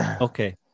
Okay